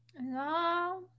No